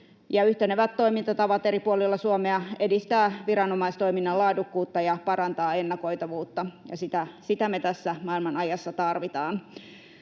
Yhtenevät toimintatavat eri puolilla Suomea edistävät viranomaistoiminnan laadukkuutta ja parantavat ennakoitavuutta, ja sitä me tässä maailmanajassa tarvitaan.